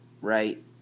right